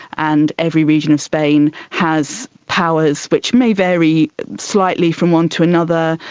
and every region of spain has powers which may vary slightly from one to another,